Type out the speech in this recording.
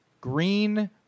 Green